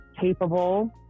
capable